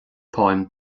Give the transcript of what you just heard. táim